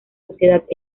sociedades